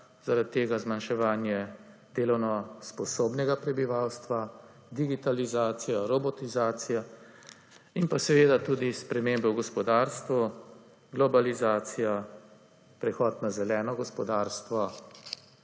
zaradi tega zmanjševanje delovno sposobnega prebivalstva, digitalizacija, robotizacija, pa seveda tudi spremembe v gospodarstvu, globalizacija, prehod na zeleno gospodarstvo